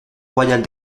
royale